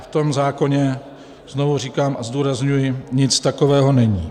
V tom zákoně, znovu říkám a zdůrazňuji, nic takového není.